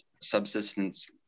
subsistence